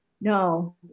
No